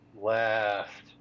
left